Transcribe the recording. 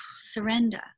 surrender